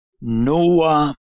Noah